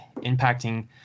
impacting